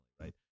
right